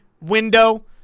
window